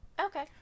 Okay